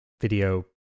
video